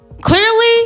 Clearly